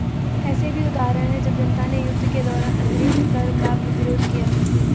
ऐसे भी उदाहरण हैं जब जनता ने युद्ध के दौरान अतिरिक्त कर का प्रतिरोध किया